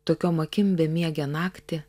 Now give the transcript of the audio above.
tokiom akim bemiegę naktį